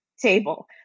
table